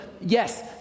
yes